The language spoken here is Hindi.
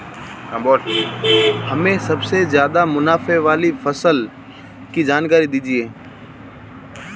हमें सबसे ज़्यादा मुनाफे वाली फसल की जानकारी दीजिए